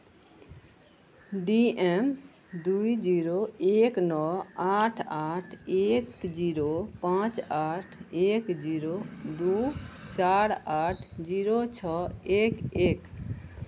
D M दू zero एक नओ आठ आठ एक जीरो पाँच आठ एक जीरो दू चारि आठ जीरो छओ एक एक